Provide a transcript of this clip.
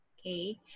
Okay